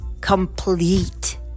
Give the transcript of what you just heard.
complete